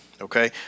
Okay